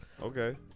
Okay